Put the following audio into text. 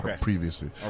previously